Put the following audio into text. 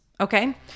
okay